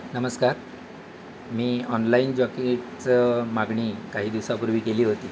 नमस्कार मी ऑनलाईन जॉकेटचं मागणी काही दिवसापूर्वी केली होती